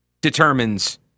determines